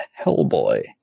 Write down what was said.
Hellboy